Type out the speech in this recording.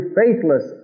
faithless